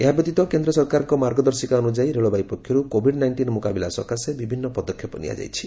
ଏହା ବ୍ୟତୀତ କେନ୍ଦ୍ର ସରକାରଙ୍କ ମାର୍ଗଦର୍ଶିକା ଅନୁଯାୟୀ ରେଳବାଇ ପକ୍ଷର୍ କୋଭିଡ୍ ନାଇଷ୍ଟିନ୍ ମୁକାବିଲା ସକାଶେ ବିଭିନ୍ନ ପଦକ୍ଷେପ ନିଆଯାଇଛି